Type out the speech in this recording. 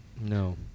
No